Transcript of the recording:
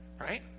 Right